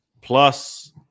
plus